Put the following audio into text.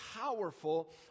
powerful